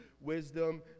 wisdom